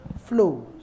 flows